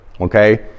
Okay